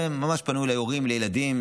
ממש פנו אליי הורים לילדים,